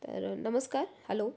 तर नमस्कार हॅलो